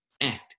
act